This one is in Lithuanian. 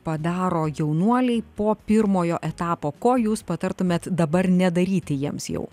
padaro jaunuoliai po pirmojo etapo ko jūs patartumėt dabar nedaryti jiems jau